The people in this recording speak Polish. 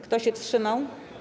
Kto się wstrzymał?